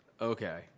Okay